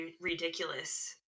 ridiculous